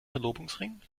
verlobungsring